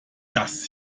dass